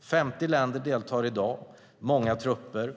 50 länder deltar i dag. Det är många trupper.